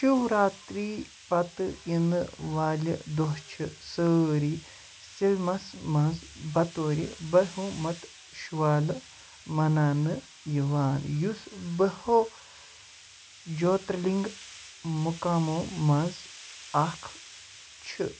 شِو راترٛی پتہ یِنہٕ وٲلہِ دوہ چھِ سٲری سِلَمس منٛز بطورِ برٛہمت شوالہ مَناونہٕ یِوان یُس بَہَو جیٛوتِرلِنگ مُقامو منٛز اَکھ چھُ